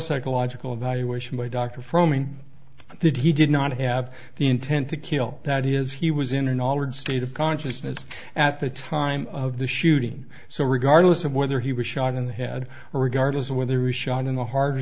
neuropsychological evaluation by dr froemming that he did not have the intent to kill that he is he was in an altered state of consciousness at the time of the shooting so regardless of whether he was shot in the head regardless of whether he shot in the heart or